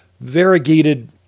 variegated